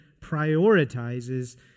prioritizes